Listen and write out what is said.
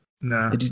No